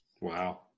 Wow